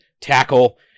tackle